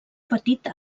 petit